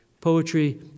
poetry